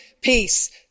peace